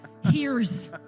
hears